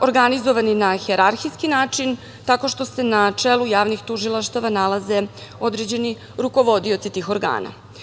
organizovani na hijerarhijski način, tako što se na čelu javnih tužilaštava nalaze određeni rukovodioci tih organa. Imajući